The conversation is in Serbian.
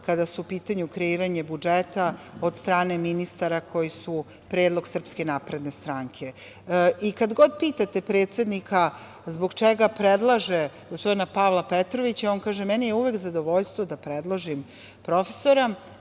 kada je u pitanju kreiranje budžeta od strane ministara koji su predlog SNS.Kada god pitate predsednika zbog čega predlaže gospodina Pavla Petrovića, on kaže - meni je uvek zadovoljstvo da predložim profesora